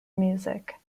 music